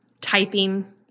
typing